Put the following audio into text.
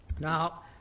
Now